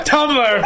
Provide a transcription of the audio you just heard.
Tumblr